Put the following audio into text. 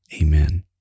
Amen